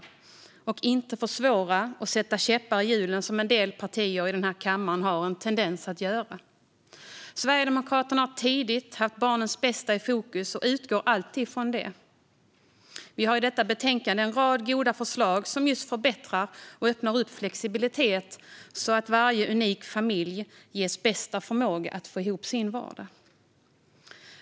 Vi ska inte försvåra och sätta käppar i hjulen, som en del partier i denna kammare har en tendens att göra. Sverigedemokraterna har tidigt haft barnets bästa i fokus och utgår alltid från det. Vi har i betänkandet en rad goda förslag som just förbättrar och öppnar för flexibilitet så att varje unik familj ges bästa förmåga att få ihop sin vardag.